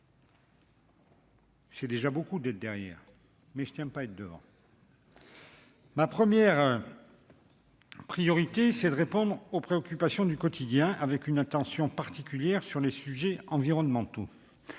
C'est déjà beaucoup d'être derrière et je ne tiens pas à être devant. La première priorité, c'est de répondre aux préoccupations du quotidien, en accordant une attention particulière aux sujets environnementaux.